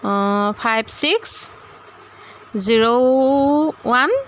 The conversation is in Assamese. অঁ ফাইভ ছিক্স জিৰ' ওৱান